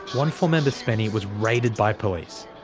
onefour member spenny was raided by police.